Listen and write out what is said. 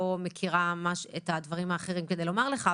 מכירה את הדברים האחרים כדי לומר לך,